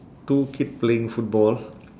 two kid playing football